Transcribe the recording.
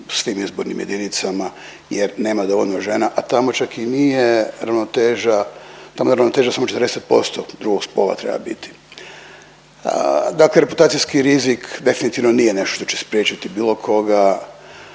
svim izbornim jedinicama jer nema dovoljno žena, a tamo čak i nije ravnoteža tamo je ravnoteža samo 40% drugog spola treba biti. Dakle, reputacijski rizik definitivno nije nešto što će spriječiti bilo koga,